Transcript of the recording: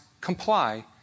comply